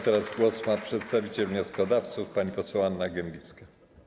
Teraz głos ma przedstawiciel wnioskodawców, pani poseł Anna Gembicka.